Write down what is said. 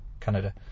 Canada